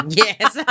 yes